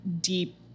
deep